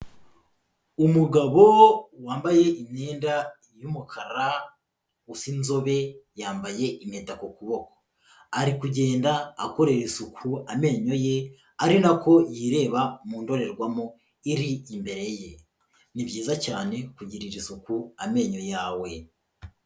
Umugabo wambaye imyenda y'umukara, usa inzobe, yambaye impeta ku kuboko, ari kugenda akorera isuku amenyoye, ari nako yireba mu ndorerwamo iri imbereye, ni byiza cyane kugirira isuku amenyo yawe.